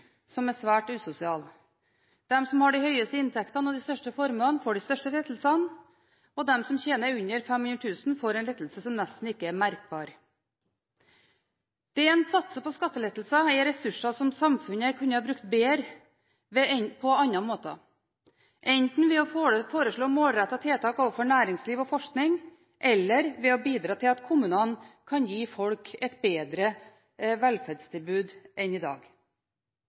som er svært usosial. De som har de høyeste inntektene og de største formuene, får de største lettelsene, og de som tjener under 500 000 kr i året, får en lettelse som nesten ikke er merkbar. Det en satser på skattelettelser, er ressurser som samfunnet kunne ha brukt bedre på andre måter, enten ved å foreslå målrettede tiltak overfor næringsliv og forskning eller ved å bidra til at kommunene kan gi folk et bedre velferdstilbud enn i dag.